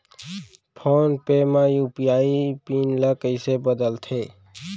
Phone पे म UPI PIN ल कइसे बदलथे?